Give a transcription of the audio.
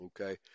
Okay